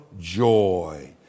joy